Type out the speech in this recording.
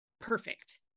perfect